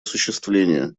осуществление